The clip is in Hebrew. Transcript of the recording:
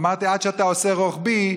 אמרתי: עד שאתה עושה רוחבי,